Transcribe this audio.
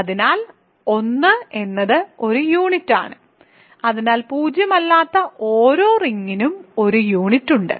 അതിനാൽ 1 എന്നത് ഒരു യൂണിറ്റാണ് അതിനാൽ പൂജ്യമല്ലാത്ത ഓരോ റിങ്ങിനും ഒരു യൂണിറ്റ് ഉണ്ട്